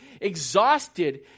Exhausted